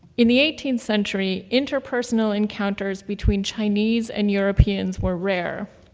in the eighteenth century, interpersonal encounters between chinese and europeans were rare.